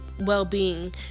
well-being